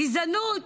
גזענות